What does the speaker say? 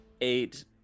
eight